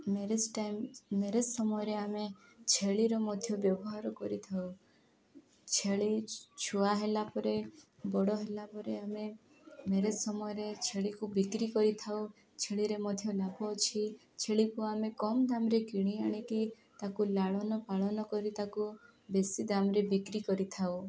marriage time marriage ସମୟରେ ଆମେ ଛେଳିର ମଧ୍ୟ ବ୍ୟବହାର କରିଥାଉ ଛେଳି ଛୁଆ ହେଲା ପରେ ବଡ଼ ହେଲା ପରେ ଆମେ ମ୍ୟାରେଜ୍ ସମୟରେ ଛେଳିକୁ ବିକ୍ରି କରିଥାଉ ଛେଳିରେ ମଧ୍ୟ ଲାଭ ଅଛି ଛେଳିକୁ ଆମେ କମ ଦାମ୍ରେ କିଣି ଆଣିକି ତାକୁ ଲାଳନ ପାଳନ କରି ତାକୁ ବେଶୀ ଦାମ୍ରେ ବିକ୍ରି କରିଥାଉ